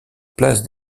place